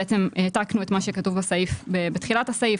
העתקנו את מה שכתוב בתחילת הסעיף,